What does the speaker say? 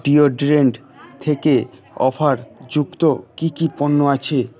deodorant থেকে অফারযুক্ত কী কী পণ্য আছে